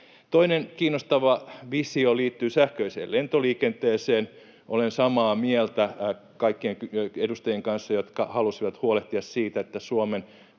Toinen kiinnostava visio liittyy sähköiseen lentoliikenteeseen. Olen samaa mieltä kaikkien edustajien kanssa, jotka halusivat huolehtia siitä, että myöskin